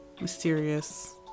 mysterious